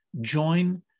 join